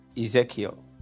Ezekiel